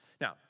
Now